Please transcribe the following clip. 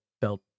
felt